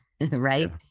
right